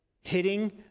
hitting